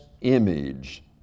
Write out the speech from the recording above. image